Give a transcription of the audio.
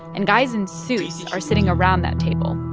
and guys in suits are sitting around that table,